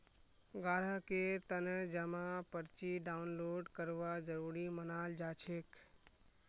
ग्राहकेर तने जमा पर्ची डाउनलोड करवा जरूरी मनाल जाछेक